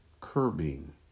curbing